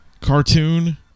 cartoon